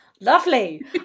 Lovely